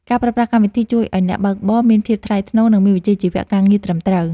ការប្រើប្រាស់កម្មវិធីជួយឱ្យអ្នកបើកបរមានភាពថ្លៃថ្នូរ និងមានវិជ្ជាជីវៈការងារត្រឹមត្រូវ។